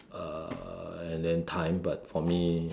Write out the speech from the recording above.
uh and then time but for me